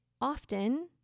often